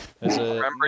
remember